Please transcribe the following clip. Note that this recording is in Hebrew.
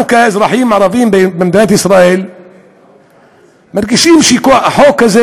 אנחנו כאזרחים ערבים במדינת ישראל מרגישים שהחוק הזה